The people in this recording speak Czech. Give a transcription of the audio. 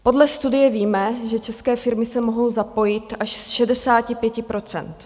Podle studie víme, že české firmy se mohou zapojit až z 65 %.